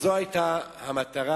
זאת היתה המטרה: